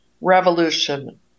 revolution